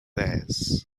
theirs